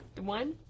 One